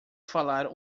falar